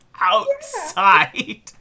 outside